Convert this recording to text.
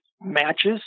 matches